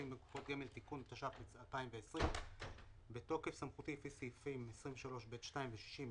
אני מתכבד לפתוח את ישיבת ועדת הכספים.